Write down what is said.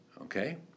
okay